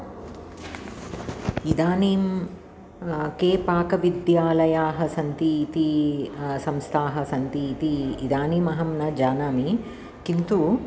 इदानीं के पाकविद्यालयाः सन्ति इति संस्थाः सन्ति तिती इदानीं अहं न जानामि किन्तु